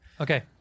Okay